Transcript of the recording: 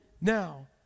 now